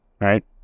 right